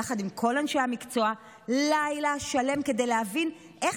יחד עם כל אנשי המקצוע לילה שלם כדי להבין איך